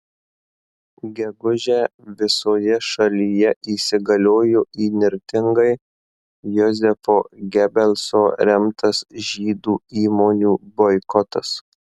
gegužę visoje šalyje įsigaliojo įnirtingai jozefo gebelso remtas žydų įmonių boikotas